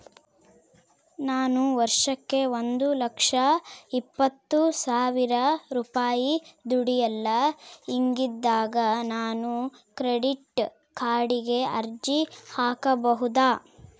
ನಾನು ವರ್ಷಕ್ಕ ಒಂದು ಲಕ್ಷ ಇಪ್ಪತ್ತು ಸಾವಿರ ರೂಪಾಯಿ ದುಡಿಯಲ್ಲ ಹಿಂಗಿದ್ದಾಗ ನಾನು ಕ್ರೆಡಿಟ್ ಕಾರ್ಡಿಗೆ ಅರ್ಜಿ ಹಾಕಬಹುದಾ?